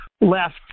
Left